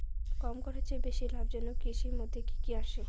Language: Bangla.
কম খরচে বেশি লাভজনক কৃষির মইধ্যে কি কি আসে?